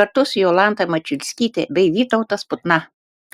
kartu su jolanta mačiulskyte bei vytautas putna